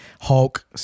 Hulk